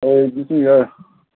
ꯑꯥꯎ ꯑꯗꯨꯁꯨ ꯌꯥꯏ